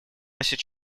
носят